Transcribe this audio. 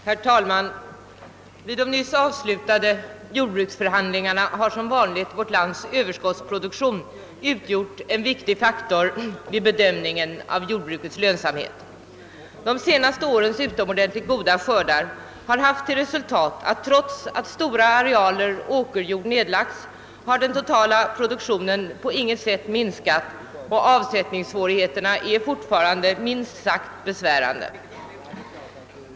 Herr talman! Vid de nyss avslutade jordbruksförhandlingarna har som vanligt vårt lands överskottsproduktion utgjort en viktig faktor vid bedömningen av jordbrukets lönsamhet. De senaste årens utomordentligt goda skördar har fått till resultat att trots att stora arealer åkerjord nedlagts, så har den totala produktionen på intet sätt minskat, och avsättningssvårigheterna är fortfarande minst sagt besvärande.